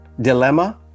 dilemma